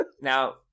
Now